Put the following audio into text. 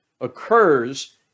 occurs